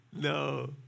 no